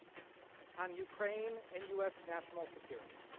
on ukraine and u. s. national security.